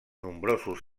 nombrosos